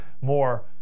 more